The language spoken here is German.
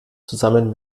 zusammen